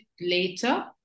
later